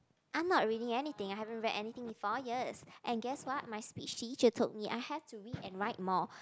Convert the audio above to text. I'm not reading anything I haven't read anything in four years and guess what my speech teacher told me I have to read and write more